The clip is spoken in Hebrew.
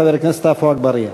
חבר הכנסת עפו אגבאריה.